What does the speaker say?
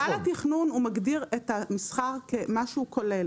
מינהל התכנון, הוא מגדיר את המסחר כמשהו כולל.